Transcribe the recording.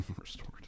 Restored